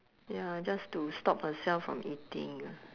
ya just to stop herself from eating